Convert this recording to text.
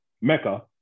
Mecca